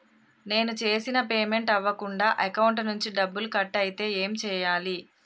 నేను చేసిన పేమెంట్ అవ్వకుండా అకౌంట్ నుంచి డబ్బులు కట్ అయితే ఏం చేయాలి?